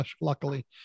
luckily